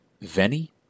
Veni